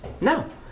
No